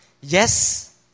Yes